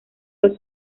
los